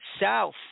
south